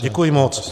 Děkuji moc.